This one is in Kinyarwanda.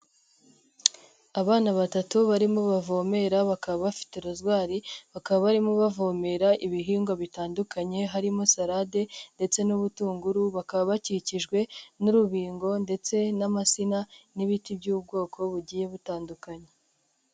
Abana batatu barimo bavomera bakaba bafite Rozwari, bakaba barimo bavomera ibihingwa bitandukanye harimo salade, ndetse n'ubutunguru. Bakaba bakikijwe, n'urubingo ndetse n'amasina n'ibiti by'ubwoko bugiye butandukanye.